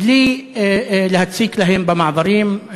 בלי להציק להם במעברים,